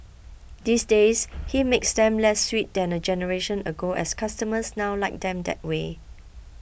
these days he makes them less sweet than a generation ago as customers now like them that way